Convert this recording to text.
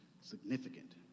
significant